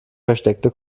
versteckte